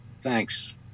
Thanks